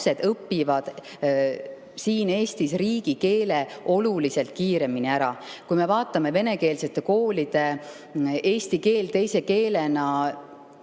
õpivad lapsed Eestis riigikeele oluliselt kiiremini ära. Vaatame venekeelsete koolide eesti keele teise keelena